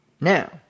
now